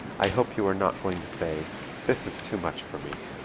i hope you are not going to say this is too much for me!